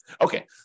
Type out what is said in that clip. Okay